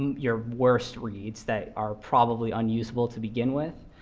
your worst reads that are probably unusable to begin with.